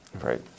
right